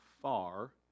far